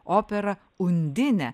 operą undinė